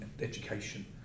education